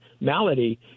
malady